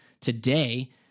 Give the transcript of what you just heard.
today